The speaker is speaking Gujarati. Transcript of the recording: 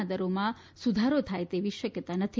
ના દરોમાં સુધારો થાય તેવી શક્યતા નથી